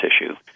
issue